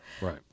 right